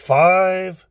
five